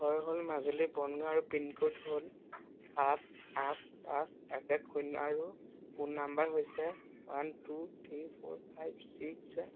ঘৰ হ'ল মাজুলী বনগাঁও আৰু পিনক'ড হ'ল সাত আঠ পাঁচ এক এক শূন্য আৰু ফোন নাম্বাৰ হৈছে one two three four five six